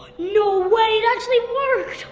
no way that actually worked!